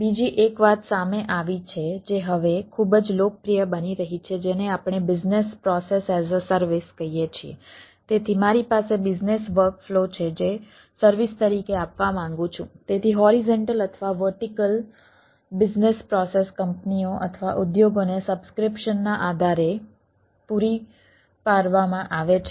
બીજી એક વાત સામે આવી છે જે હવે ખૂબ જ લોકપ્રિય બની રહી છે જેને આપણે business process as a service ના આધારે પૂરી પાડવામાં આવે છે